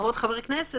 כחברות וחברי כנסת,